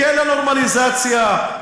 כן לנורמליזציה.